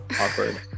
Awkward